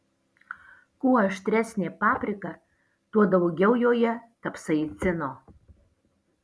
kuo aštresnė paprika tuo daugiau joje kapsaicino